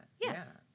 Yes